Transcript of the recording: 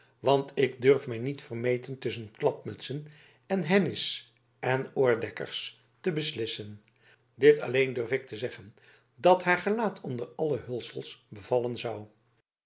want ik durf mij niet vermeten tusschen klapmutsen en hénins en oordekkers te beslissen dit alleen durf ik te zeggen dat haar gelaat onder alle hulsels bevallen zou